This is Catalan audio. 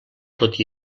tot